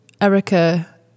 Erica